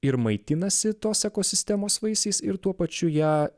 ir maitinasi tos ekosistemos vaisiais ir tuo pačiu ją